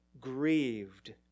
grieved